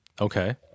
okay